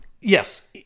Yes